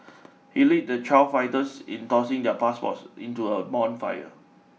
he led the child fighters in tossing their passports into a bonfire